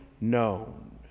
known